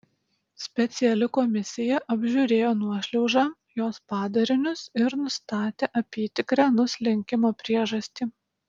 speciali komisija apžiūrėjo nuošliaužą jos padarinius ir nustatė apytikrę nuslinkimo priežastį